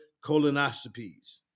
colonoscopies